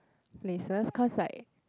places cause like